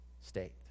state